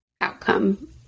outcome